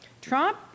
Trump